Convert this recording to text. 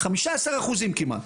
חמישה עשר אחוזים כמעט.